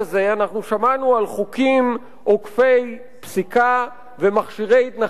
שמענו על חוקים עוקפי פסיקה ומכשירי התנחלות,